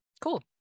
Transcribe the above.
cool